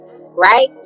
right